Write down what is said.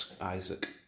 Isaac